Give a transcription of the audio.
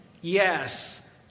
Yes